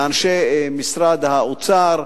לאנשי משרד האוצר,